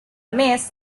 més